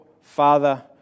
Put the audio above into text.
Father